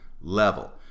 level